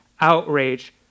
outrage